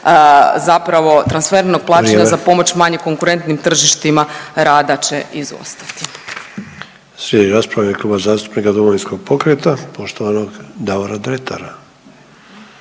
Vrijeme./… plaćanja za pomoć manje konkurentnim tržištima rada će izostati.